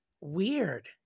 weird